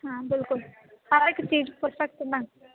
ਹਾਂ ਬਿਲਕੁਲ ਹਰ ਇੱਕ ਚੀਜ਼ ਪਰਫੈਕਟ